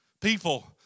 People